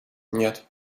нет